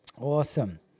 Awesome